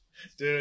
Dude